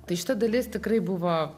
tai šita dalis tikrai buvo